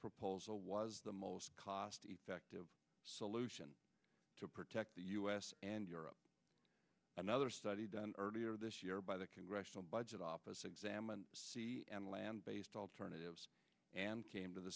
proposal was the most cost effective solution to protect the us and europe another study done earlier this year by the congressional budget office examined and land based alternatives and came to the